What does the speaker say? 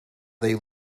they